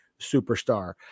superstar